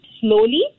slowly